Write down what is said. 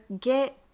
get